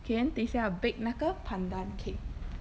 okay then 等一下 bake 那个 pandan cake